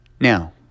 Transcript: Now